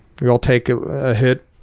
we all take a hit,